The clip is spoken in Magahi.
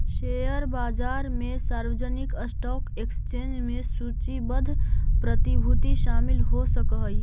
शेयर बाजार में सार्वजनिक स्टॉक एक्सचेंज में सूचीबद्ध प्रतिभूति शामिल हो सकऽ हइ